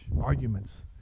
arguments